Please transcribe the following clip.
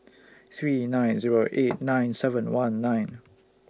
three nine Zero eight nine seven one nine